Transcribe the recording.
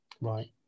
Right